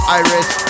iris